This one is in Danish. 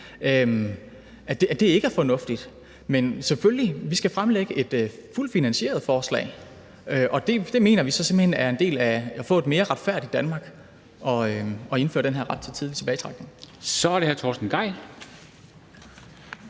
er ikke fornuftigt. Men selvfølgelig skal vi fremlægge et fuldt finansieret forslag, og vi mener simpelt hen, det er en del af at få et mere retfærdigt Danmark at indføre den her ret til tidlig tilbagetrækning. Kl. 10:17 Formanden